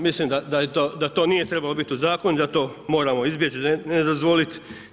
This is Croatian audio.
Mislim da to nije trebalo biti u zakonu i da to moramo izbjeći, ne dozvoliti.